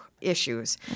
issues